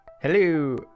Hello